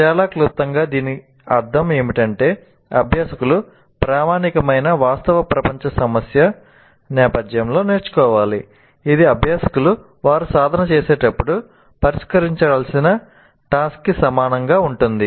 చాలా క్లుప్తంగా దీని అర్థం ఏమిటంటే అభ్యాసకులు ప్రామాణికమైన వాస్తవ ప్రపంచ సమస్య నేపథ్యంలో నేర్చుకోవాలి ఇది అభ్యాసకులు వారు సాధన చేసేటప్పుడు పరిష్కరించాల్సిన టాస్క్ కి సమానంగా ఉంటుంది